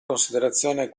considerazione